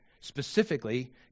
Specifically